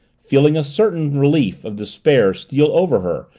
feeling a certain relief of despair steal over her,